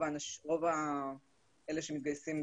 רוב אלה שמתגייסים,